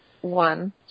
one